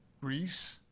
Greece